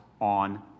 on